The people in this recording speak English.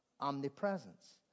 omnipresence